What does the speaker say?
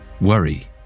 worry